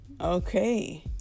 okay